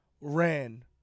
ran